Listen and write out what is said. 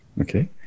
Okay